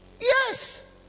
Yes